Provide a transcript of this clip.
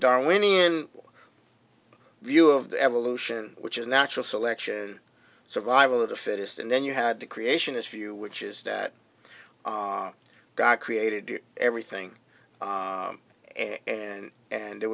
darwinian view of the evolution which is natural selection survival of the fittest and then you had the creationist view which is that god created everything and and there